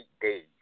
days